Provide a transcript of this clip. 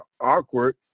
awkward